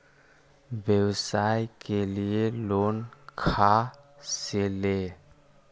व्यवसाय के लिये लोन खा से ले?